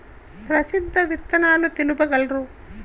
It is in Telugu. ప్రసిద్ధ విత్తనాలు తెలుపగలరు?